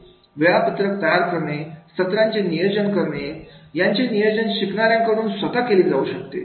वेळापत्रक तयार करणे सत्रांचे नियोजन करणे याचे नियोजन शिकणाऱ्या कडून स्वतः केले जाऊ शकते